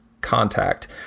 contact